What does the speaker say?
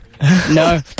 No